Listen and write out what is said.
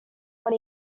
what